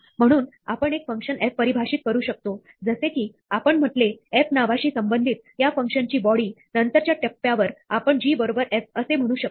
म्हणून आपण एक फंक्शन f परिभाषित करू शकतो जसे कीआपण म्हटले f नावाशी संबंधित या फंक्शनची बॉडी नंतरच्या टप्प्यावर आपण g बरोबर f असे म्हणू शकतो